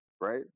right